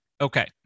Okay